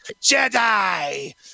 Jedi